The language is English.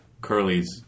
Curly's